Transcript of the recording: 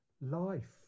life